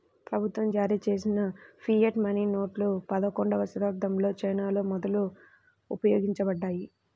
ప్రభుత్వం జారీచేసిన fiat money నోట్లు పదకొండవ శతాబ్దంలో చైనాలో మొదట ఉపయోగించబడ్డాయి